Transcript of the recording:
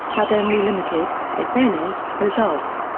had only limited, if any, results.